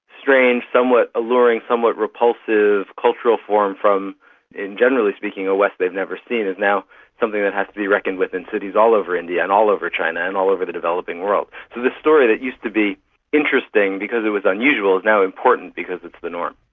strange, somewhat alluring, somewhat repulsive cultural form from in, generally speaking, a west they've never seen, is now something that has to be reckoned with in cities all over india and all over china and all over the developing world. so this story that used to be interesting because it was unusual now important because it's the norm.